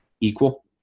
equal